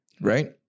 right